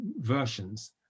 versions